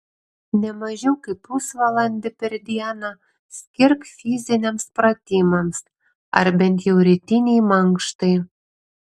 ne mažiau kaip pusvalandį per dieną skirk fiziniams pratimams ar bent jau rytinei mankštai